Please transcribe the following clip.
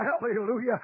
hallelujah